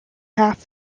half